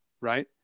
right